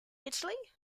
italy